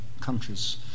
countries